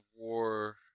War